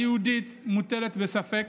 ה"יהודית" מוטלת בספק.